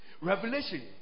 Revelation